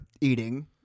eating